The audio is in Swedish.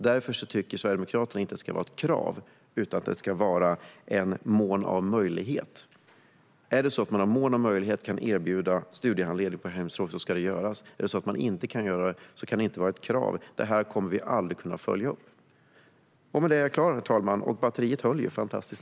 Därför tycker Sverigedemokraterna att det inte ska vara ett krav utan att det ska vara i mån av möjlighet. Har man möjlighet att erbjuda studiehandledning på hemspråk ska man göra det. Har man inte det ska det inte vara ett krav. Det kommer vi aldrig att kunna följa upp. Med det är jag klar, herr talman, och fantastiskt nog höll batteriet.